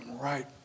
right